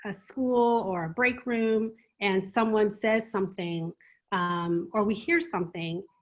ah school or break room and someone says something or we hear something,